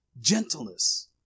Gentleness